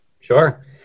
sure